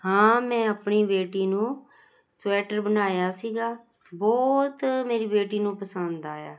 ਹਾਂ ਮੈਂ ਆਪਣੀ ਬੇਟੀ ਨੂੰ ਸਵੈਟਰ ਬਣਾਇਆ ਸੀਗਾ ਬਹੁਤ ਮੇਰੀ ਬੇਟੀ ਨੂੰ ਪਸੰਦ ਆਇਆ